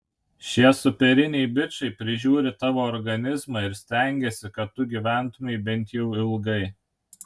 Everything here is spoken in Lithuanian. šie superiniai bičai prižiūri tavo organizmą ir stengiasi kad tu gyventumei bent jau ilgai